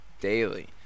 daily